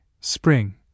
Spring